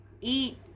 eat